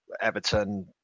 Everton